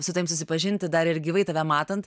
su tavim susipažinti dar ir gyvai tave matant